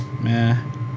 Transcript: Man